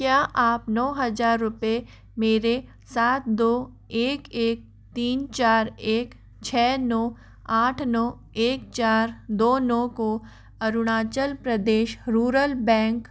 क्या आप नौ हजार रुपये मेरे सात दो एक एक तीन चार एक छः नौ आठ नौ एक चार दो नौ को अरुणाचल प्रदेश रुरल बैंक